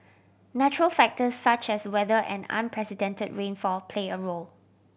natural factors such as weather and unprecedented rainfall play a role